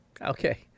Okay